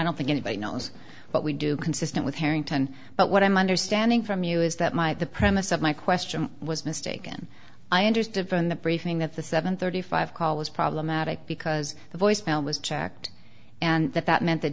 don't think anybody knows but we do consistent with harrington but what i'm understanding from you is that my the premise of my question was mistaken i understood from the briefing that the seven thirty five call was problematic because the voicemail was checked and that that meant that